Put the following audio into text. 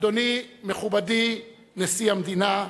אדוני מכובדי נשיא המדינה,